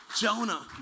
Jonah